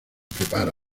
prepara